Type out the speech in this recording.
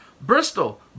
Bristol